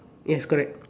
yes correct